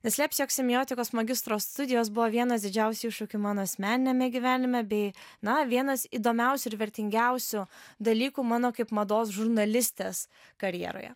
neslėpsiu jog semiotikos magistro studijos buvo vienas didžiausių iššūkių mano asmeniniame gyvenime bei na vienas įdomiausių ir vertingiausių dalykų mano kaip mados žurnalistės karjeroje